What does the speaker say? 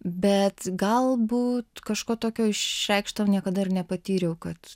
bet galbūt kažko tokio išreikšto niekada ir nepatyriau kad